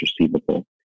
receivable